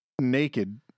naked